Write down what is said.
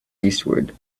eastward